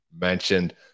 mentioned